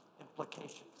implications